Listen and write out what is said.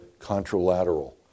contralateral